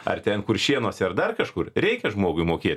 ar ten kuršėnuose ar dar kažkur reikia žmogui mokėt